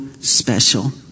special